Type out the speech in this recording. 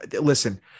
listen